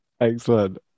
Excellent